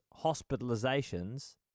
hospitalizations